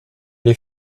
les